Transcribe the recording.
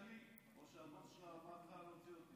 או שהבוס שלך אמר לך להוציא אותי?